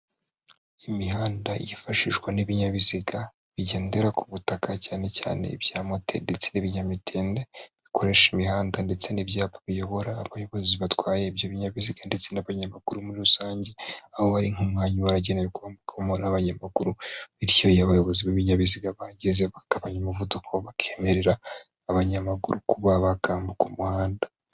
Imihanda yifashishwa n'ibinyabiziga bigendera ku butaka cyane cyane ibya mote ndetse n'ibinyamitende bikoresha imihanda ndetse n'ibyapa biyobora abayobozi batwaye ibyo binyabiziga ndetse n'abanyamakuru muri rusange aho bari nk'umwanya wagenerwakomora abanyamaguru bityo abayobozi b'ibinyabiziga bahageze bagabanya umuvuduko bakemerera abanyamaguru kuba bakambuka umuhanda.